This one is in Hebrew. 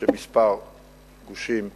שכמה גושים יישארו,